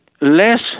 less